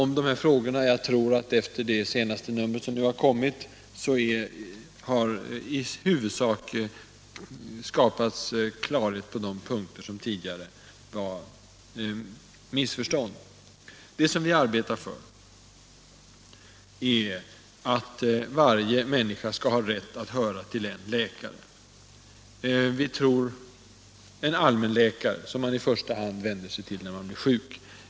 Men med det senast utkomna numret av den tidningen tror jag att det i huvudsak har skapats klarhet på de punkter där det tidigare rådde missförstånd. Vad vi arbetar för är att varje människa skall ha rätt att höra till en allmänläkare, som man i första hand kan vända sig till när man blir sjuk.